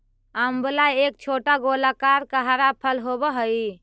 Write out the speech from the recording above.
आंवला एक छोटा गोलाकार का हरा फल होवअ हई